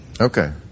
Okay